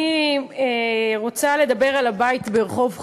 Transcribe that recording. אני רוצה לדבר על הבית ברחוב חיים.